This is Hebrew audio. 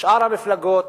שאר המפלגות,